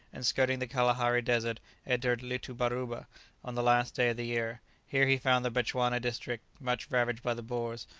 and skirting the kalahari desert entered litoubarouba on the last day of the year here he found the bechuana district much ravaged by the boers,